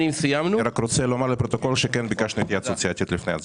רק רוצה לומר לפרוטוקול שכן ביקשנו התייעצות סיעתית לפני הצבעה.